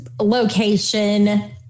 location